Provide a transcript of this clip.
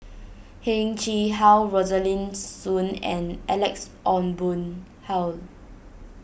Heng Chee How Rosaline Soon and Alex Ong Boon Hau